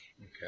Okay